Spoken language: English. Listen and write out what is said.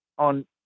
on